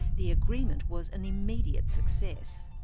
the agreement was an immediate success.